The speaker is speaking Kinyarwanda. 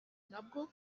ntabwo